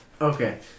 Okay